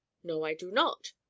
no, i do not,